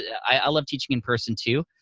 yeah i love teaching in person, too.